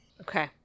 Okay